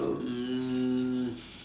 um